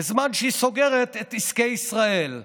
בזמן שהיא סוגרת את עסקי ישראל.